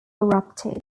erupted